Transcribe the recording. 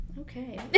Okay